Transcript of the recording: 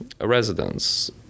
residents